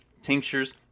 tinctures